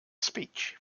speech